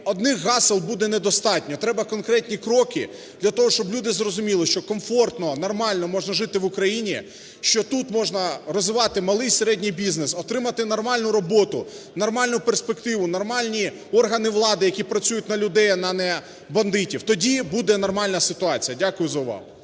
одних гасел буде недостатньо, треба конкретні кроки, для того щоб люди зрозуміли, що комфортно, нормально можна жити в Україні. Що тут можна розвивати малий і середній бізнес, отримати нормальну роботу, нормальну перспективу, нормальні органи влади, які працюють на людей, а не бандитів – тоді буде нормальна ситуація. Дякую за увагу.